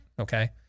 okay